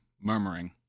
murmuring